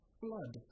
flood